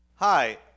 Hi